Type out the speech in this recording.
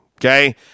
Okay